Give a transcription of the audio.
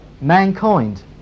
mankind